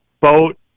boat